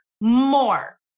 more